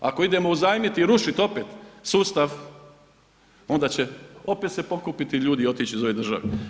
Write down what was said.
Ako idemo uzajmiti i rušiti opet sustav onda će opet se pokupiti ljudi i otići iz ove države.